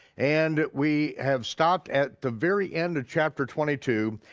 and we have stopped at the very end of chapter twenty two,